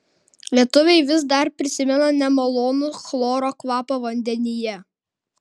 lietuviai vis dar prisimena nemalonų chloro kvapą vandenyje